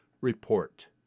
Report